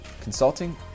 consulting